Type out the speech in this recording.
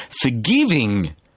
forgiving